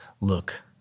Look